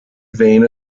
vane